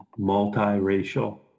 multiracial